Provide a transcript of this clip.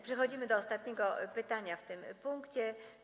Przechodzimy do ostatniego pytania w tym punkcie.